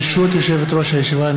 ברשות יושבת-ראש הישיבה,